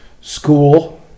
school